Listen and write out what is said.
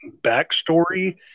backstory